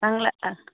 नांंला ओं